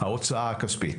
ההוצאה הכספית.